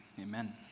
amen